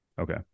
Okay